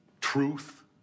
truth